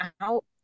out